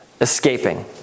Escaping